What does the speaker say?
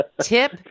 Tip